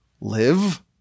live